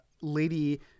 lady